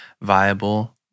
viable